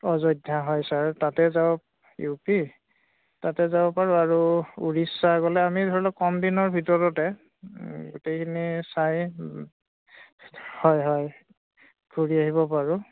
অযোধ্যা হয় ছাৰ তাতে যাওঁ ইউ পি তাতে যাব পাৰোঁ আৰু উৰিষ্যা গ'লে আমি ধৰি লওক কম দিনৰ ভিতৰতে গোটেইখিনি চাই হয় হয় ঘূৰি আহিব পাৰোঁ